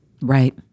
Right